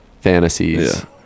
fantasies